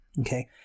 Okay